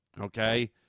Okay